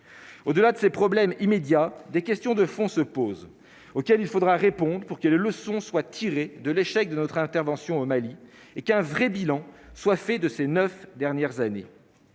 au-delà de ces problèmes immédiats, des questions de fond se posent auxquelles il faudra répondent pour qu'il y a les leçons soient tirées de l'échec de notre intervention au Mali et qu'un vrai bilan soit fait de ces 9 dernières années,